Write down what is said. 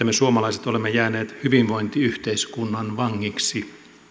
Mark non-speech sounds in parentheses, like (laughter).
(unintelligible) me suomalaiset olemme jääneet hyvinvointiyhteiskunnan vangiksi